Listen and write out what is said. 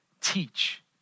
teach